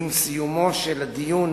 עם סיומו של הדיון